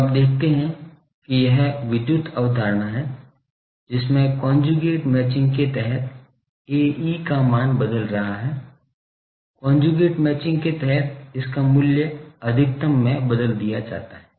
तो आप देखते हैं कि यह विद्युत अवधारणा है जिसमें कोंजूगेट मैचिंग के तहत Ae का मान बदल रहा है कोंजूगेट मैचिंग के तहत इसका मूल्य अधिकतम में बदल दिया जाता है